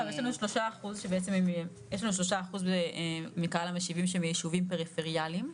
לא אבל יש לנו שלושה אחוז שבעצם מקהל המשיבים שהם מישובים פריפריאליים,